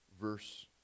verse